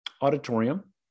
auditorium